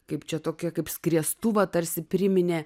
kaip čia tokie kaip skriestuvą tarsi priminė